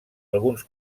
alguns